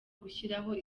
gushyiraho